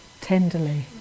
tenderly